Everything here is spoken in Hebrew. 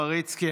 פריצקי.